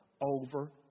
over